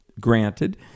granted